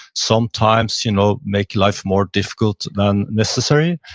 sometimes you know make life more difficult than necessary,